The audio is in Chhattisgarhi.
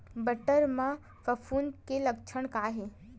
बटर म फफूंद के लक्षण का हे?